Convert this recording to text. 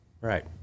right